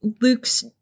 Luke's